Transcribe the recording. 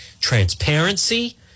Transparency